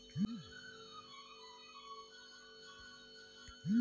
ನಾನು bank account open ಮಾಡಬೇಕಂದ್ರ ಮಾಹಿತಿ ಎಲ್ಲಿ ಕೇಳಬೇಕು?